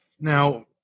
Now